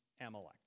Amalek